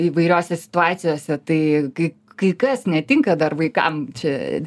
įvairiose situacijose tai kai kai kas netinka dar vaikam čia